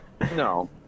No